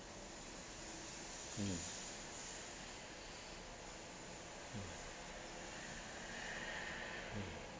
mm mm mm